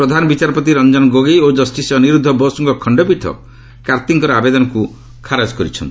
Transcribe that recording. ପ୍ରଧାନ ବିଚାରପତି ରଞ୍ଜନ ଗୋଗୋଇ ଓ କଷ୍ଟିସ୍ ଅନିରୁଦ୍ଧ ବୋଷଙ୍କ ଖଣ୍ଡପୀଠ କାର୍ତ୍ତିଙ୍କର ଆବେଦନକୁ ଖାରଜ କରିଦେଇଛନ୍ତି